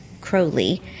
Crowley